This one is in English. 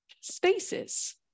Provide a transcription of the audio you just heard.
spaces